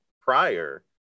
prior